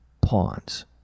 pawns